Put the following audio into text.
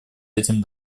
этим